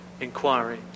inquiry